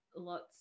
lots